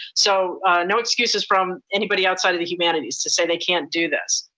so no excuses from anybody outside of the humanities to say they can't do this.